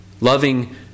Loving